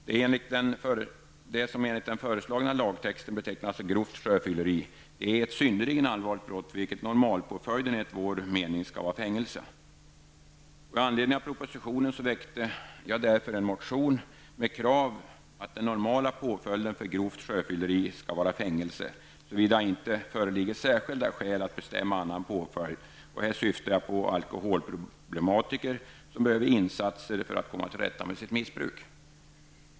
Det som enligt den föreslagna lagtexten betecknas som grovt sjöfylleri är ett synnerligen allvarligt brott för vilket normalpåföljden enligt vår mening skall vara fängelse. I anledning av propositionen väckte jag en motion med krav på att den normala påföljden för grovt sjöfylleri skall vara fängelse, såvida det inte föreligger särskilda skäl att bestämma annan påföljd, och här syftar jag på alkoholproblematiker, som behöver insatser för att komma till rätta med sitt missbruk.